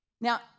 Now